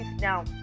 now